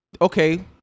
okay